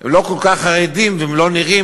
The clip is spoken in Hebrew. לא כל כך חרדים והם לא נראים,